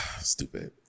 Stupid